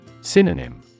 Synonym